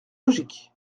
logique